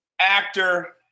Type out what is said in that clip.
Actor